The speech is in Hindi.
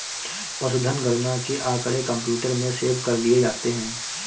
पशुधन गणना के आँकड़े कंप्यूटर में सेव कर लिए जाते हैं